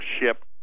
ship